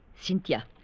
Cynthia